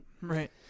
Right